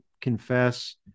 confess